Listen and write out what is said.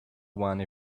one